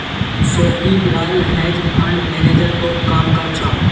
सोपीराल hedge fund manager तोत काम कर छ